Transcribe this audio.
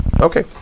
Okay